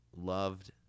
loved